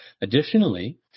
additionally